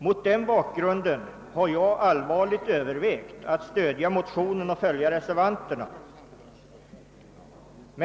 Mot den bakgrunden har jag allvarligt övervägt att stödja motionen och följa reservanterna.